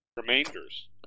Remainders